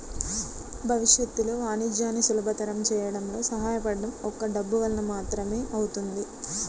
భవిష్యత్తులో వాణిజ్యాన్ని సులభతరం చేయడంలో సహాయపడటం ఒక్క డబ్బు వలన మాత్రమే అవుతుంది